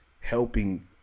helping